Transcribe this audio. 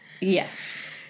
yes